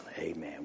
Amen